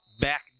back